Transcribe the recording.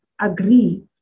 agree